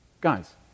Guys